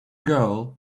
girl